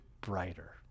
brighter